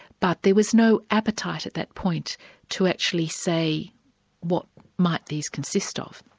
but there was no appetite at that point to actually say what might these consist of.